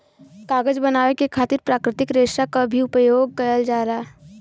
कागज बनावे के खातिर प्राकृतिक रेसा क भी परयोग करल जाला